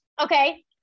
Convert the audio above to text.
Okay